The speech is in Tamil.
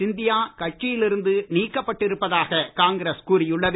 சிந்தியா கட்சியில் இருந்து நீக்கப்பட்டிருப்பதாக காங்கிரஸ் கூறியுள்ளது